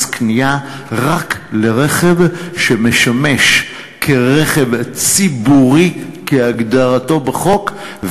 קנייה רק לרכב שמשמש כרכב ציבורי כהגדרתו בחוק,